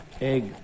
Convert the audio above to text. egg